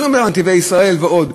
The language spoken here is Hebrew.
אני לא מדבר על "נתיבי ישראל" ועוד,